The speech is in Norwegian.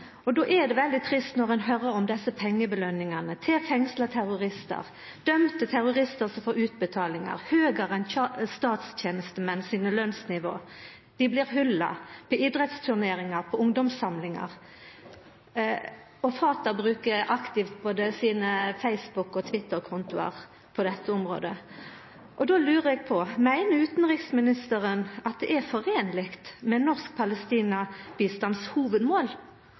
Då er det veldig trist å høyra om desse pengebelønningane til fengsla terroristar, dømde terroristar som får utbetalingar høgare enn statstenestemenn sitt lønnsnivå. Dei blir hylla – ved idrettsturneringar, på ungdomssamlingar – og Fatah bruker aktivt både sine Facebook- og Twitter-kontoar på dette området. Då lurar eg på: Meiner utanriksministeren at dette lèt seg foreina med hovudmålet for norsk